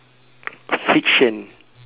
fiction